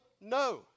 no